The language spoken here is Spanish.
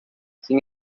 sin